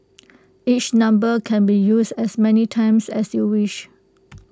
each number can be used as many times as you wish